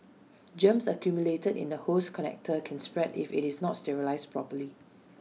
germs accumulated in the hose connector can spread if IT is not sterilised properly